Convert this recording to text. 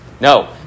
No